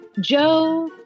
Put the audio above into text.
Joe